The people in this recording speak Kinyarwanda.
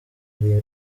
ari